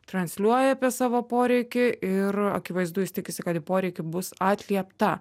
transliuoja apie savo poreikį ir akivaizdu jis tikisi kad į poreikį bus atliepta